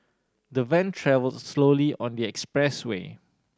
the van travelled slowly on expressway